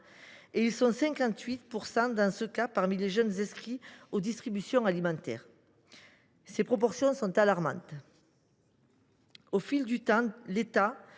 et ils sont 58 % dans ce cas parmi les jeunes inscrits aux distributions alimentaires. Ces proportions sont alarmantes. Au fil du temps, l’État,